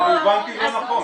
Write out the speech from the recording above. אני הובנתי לא נכון.